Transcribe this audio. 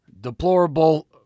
Deplorable